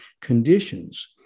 conditions